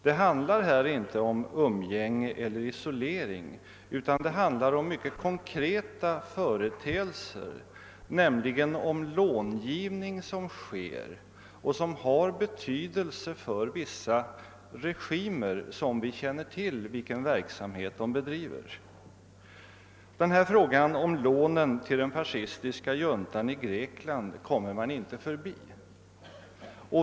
Det handlar här inte om umgänge eller isolering, utan det handlar om en mycket konkret företeelse, nämligen långivning som sker och som har betyde:se för vissa regimer — och vi känner till vilken verksamhet de bedriver. Frågan om lånen till den fascistiska juntan i Grekland kommer man inte förbi.